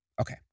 Okay